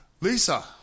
Lisa